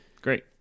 Great